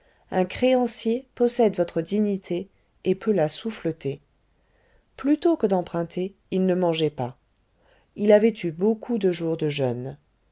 un créancier possède votre dignité et peut la souffleter plutôt que d'emprunter il ne mangeait pas il avait eu beaucoup de jours de jeûne